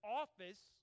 office